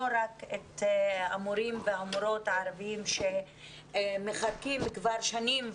רק את המורים והמורות הערבים שמחכים כבר שנים,